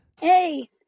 Hey